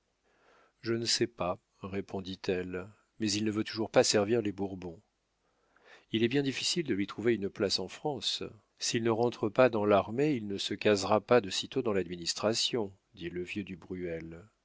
je ne sais pas répondit-elle mais il ne veut toujours pas servir les bourbons il est bien difficile de lui trouver une place en france s'il ne rentre pas dans l'armée il ne se casera pas de sitôt dans l'administration dit le vieux